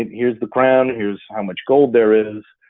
and here's the crown, here's how much gold there is,